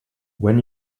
when